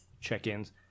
check-ins